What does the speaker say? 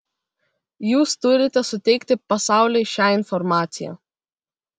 jūs turite suteikti pasauliui šią informaciją